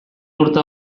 urte